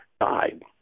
died